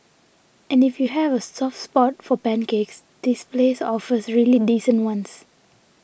and if you have a soft spot for pancakes this place offers really decent ones